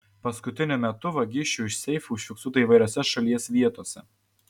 paskutiniu metu vagysčių iš seifų užfiksuota įvairiose šalies vietose